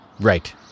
Right